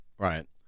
Right